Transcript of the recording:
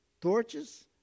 torches